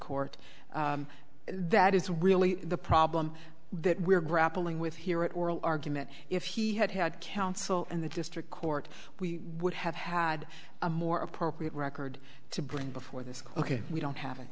court that is really the problem that we are grappling with here at oral argument if he had had counsel and the district court we would have had a more appropriate record to bring before this cloquet we don't have it